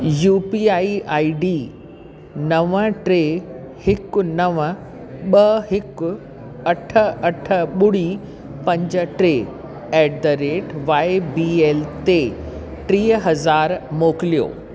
U P I I D नव टे हिकु नव ॿ हिकु अठ अठ ॿुड़ी पंज टे at the rate Y B L ते टे हज़ार मोकिलियो